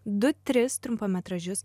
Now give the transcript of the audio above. du tris trumpametražius